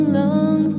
long